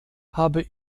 habe